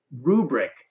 rubric